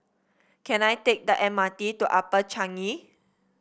can I take the M R T to Upper Changi